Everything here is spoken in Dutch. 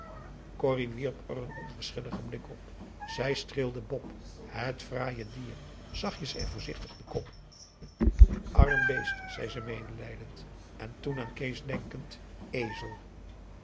corrie wierp er een onverschilligen blik op zij streelde bop het fraaie dier zachtjes en voorzichtig den kop arm beest zei ze meelijdend en toen aan kees denkend ezel